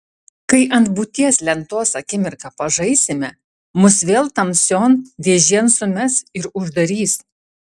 kai ant būties lentos akimirką pažaisime mus vėl tamsion dėžėn sumes ir uždarys